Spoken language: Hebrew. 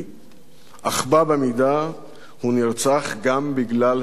אך בה במידה הוא נרצח גם בגלל היותו סמל,